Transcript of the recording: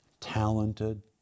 talented